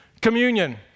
communion